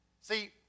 See